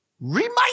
Remind